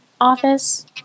office